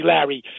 Larry